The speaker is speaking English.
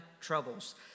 troubles